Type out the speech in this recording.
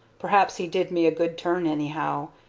perhaps he did me a good turn anyhow,